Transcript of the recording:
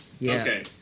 Okay